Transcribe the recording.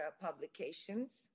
Publications